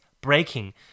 breaking